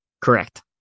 Correct